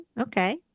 Okay